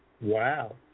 Wow